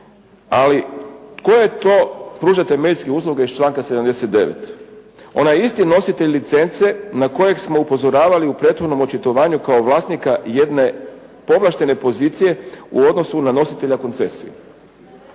Ali tko je to pružatelj medijskih usluga iz članka 79. onaj isti nositelj licence kojeg smo upozoravali u prethodnom očitovanju kao vlasnika jedne povlaštene pozicije u odnosu na nositelja koncesije.